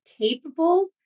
capable